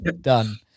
done